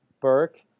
Burke